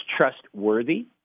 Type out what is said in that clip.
trustworthy